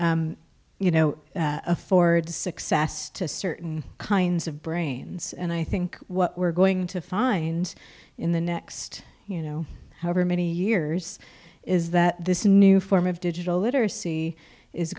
literacy you know affords success to certain kinds of brains and i think what we're going to find in the next you know however many years is that this new form of digital literacy is